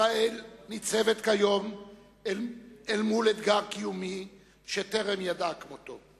ישראל ניצבת כיום אל מול אתגר קיומי שטרם ידעה כמותו,